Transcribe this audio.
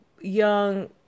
young